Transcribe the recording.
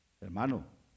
hermano